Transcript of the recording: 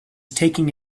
taking